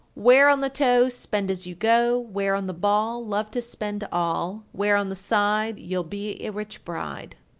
wear on the toe, spend as you go wear on the ball, love to spend all. wear on the side, you'll be a rich bride.